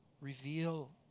Reveal